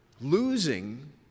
losing